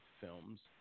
films